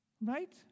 Right